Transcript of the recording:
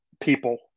people